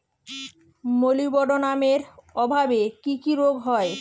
মলিবডোনামের অভাবে কি কি রোগ হয়?